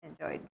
enjoyed